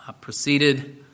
proceeded